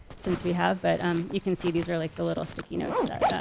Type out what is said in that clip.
since we have. but um you can see these are like the little sticky notes that